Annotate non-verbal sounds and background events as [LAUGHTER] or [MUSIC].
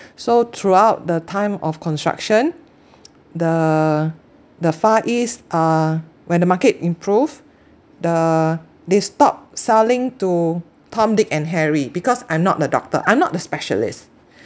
so throughout the time of construction [NOISE] the the far east uh when the market improved the they stopped selling to tom dick and harry because I'm not the doctor I'm not the specialist